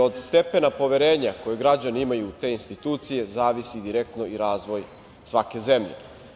Od stepena poverenja koji građani imaju u te institucije zavisi direktno i razvoj svake zemlje.